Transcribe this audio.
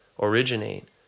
originate